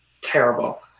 terrible